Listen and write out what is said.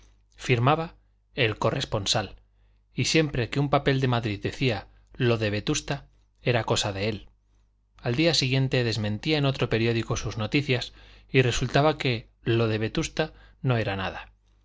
firmaba el corresponsal y siempre que un papel de madrid decía lo de vestusta era cosa de él al día siguiente desmentía en otro periódico sus noticias y resultaba que lo de vetusta no era nada